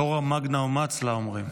תורה מגנא ומצלא, אומרים.